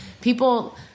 people